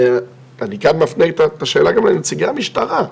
ואני כאן מפנה את השאלה גם לנציגי המשטרה,